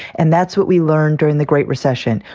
and that's what we learned during the great recession.